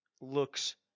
looks